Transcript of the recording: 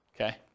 Okay